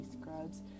scrubs